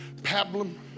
pablum